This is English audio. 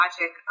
logic